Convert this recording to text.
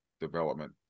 development